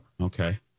okay